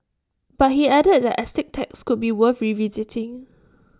but he added that estate tax could be worth revisiting